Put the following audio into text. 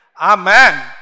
Amen